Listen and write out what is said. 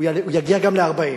הוא יגיע גם ל-40.